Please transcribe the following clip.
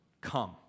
come